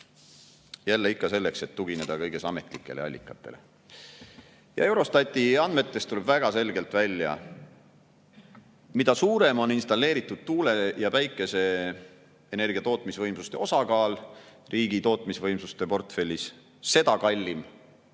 ikka selleks, et tugineda kõiges ametlikele allikatele. Eurostati andmetest tuleb väga selgelt välja, et mida suurem on installeeritud tuule‑ ja päikeseenergia tootmisvõimsuste osakaal riigi tootmisvõimsuste portfellis, seda kallim